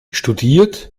studiert